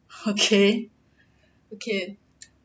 okay okay